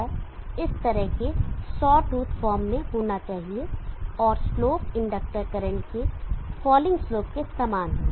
यह इस तरह के सॉ टूथ फॉर्म में होना चाहिए और स्लोप इंडक्टर करंट के फॉलिंग स्लोप के समान है